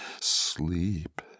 Sleep